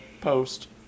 post